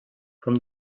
from